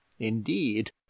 indeed